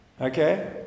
okay